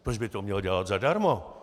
Proč by to měl dělat zadarmo?